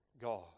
God